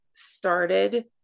Started